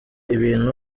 ibintu